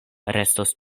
restos